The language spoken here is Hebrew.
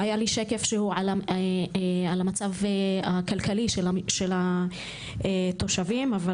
היה לי שקף על המצב הכלכלי של התושבים אבל